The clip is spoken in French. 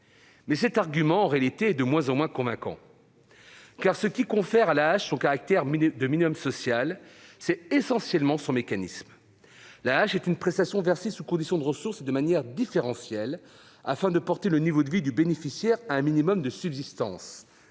cet argument est de moins en moins convaincant. En effet, ce qui confère à l'AAH son caractère de minimum social, c'est essentiellement son mécanisme : l'AAH est une prestation versée sous condition de ressources et de manière différentielle afin de porter le niveau de vie du bénéficiaire à un minimum de subsistance,